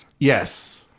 Yes